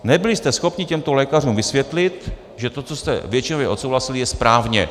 Nebyli jste schopni těmto lékařům vysvětlit, že to, co jste většinově odsouhlasili, je správně.